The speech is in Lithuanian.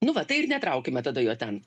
nu va tai ir netraukime tada jo ten